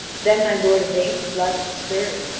then my lord yvain's blood was stirred,